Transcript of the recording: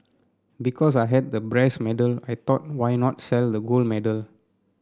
because I had the brass medal I thought why not sell the gold medal